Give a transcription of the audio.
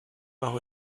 bajo